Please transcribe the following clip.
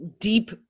deep